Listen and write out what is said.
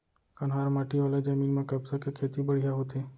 कन्हार माटी वाला जमीन म कपसा के खेती बड़िहा होथे